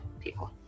People